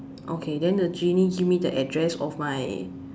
okay then the genie give me the address of my